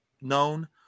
known